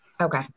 Okay